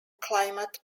climate